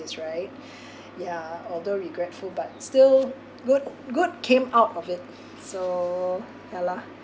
is right yeah although regretful but still good good came out of it so ya lah